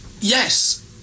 yes